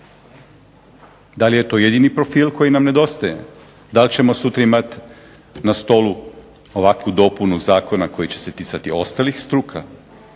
Da li je to jedini profil koji nam nedostaje? Dal' ćemo sutra imati na stolu ovakvu dopunu zakona koji će se ticati ostalih struka?